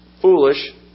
foolish